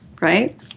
right